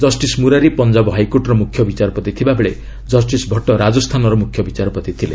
justice Murari Punjab ହାଇକୋର୍ଟର ମୁଖ୍ୟ ବିଚାରପତି ଥିବାବେଳେ ଜଷ୍ଟିସ ଭଟ ରାଜସ୍ତାନର ମୁଖ୍ୟ ବିଚାରପତି ଥିଲେ